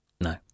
no